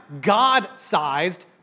God-sized